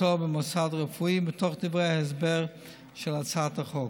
במוסד הרפואי" מתוך דברי ההסבר להצעת החוק.